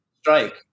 Strike